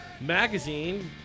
magazine